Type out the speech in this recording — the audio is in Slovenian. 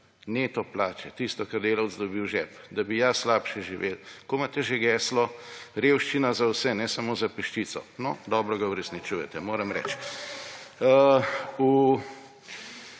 neto plače, tisto, kar delavec dobi v žep, da bi ja slabše živel?! Kako imate že geslo? Revščina za vse, ne samo za peščico. No, dobro ga uresničujete, moram reči.